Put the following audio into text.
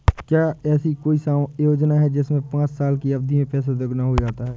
क्या ऐसी कोई योजना है जिसमें पाँच साल की अवधि में पैसा दोगुना हो जाता है?